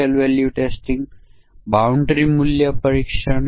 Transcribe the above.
હવે ચાલો કેટલાક ઉદાહરણ કરવાનો પ્રયાસ કરીએ